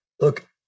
Look